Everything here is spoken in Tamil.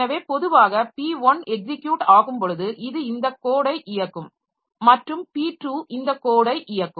எனவே பொதுவாக p1 எக்ஸிக்யூட் ஆகும்பொழுது இது இந்த கோடை இயக்கும் மற்றும் p2 இந்த கோடை இயக்கும்